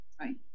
right